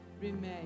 remain